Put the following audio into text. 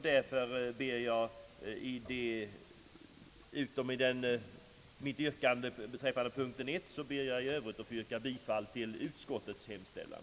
Därför ber jag, herr talman, att få yrka bifall till utskottets hemställan utom beträffande mom. 1, där jag tidigare yrkat bifall till reservationen.